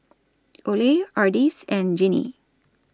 Ole Ardis and Jeannie